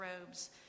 robes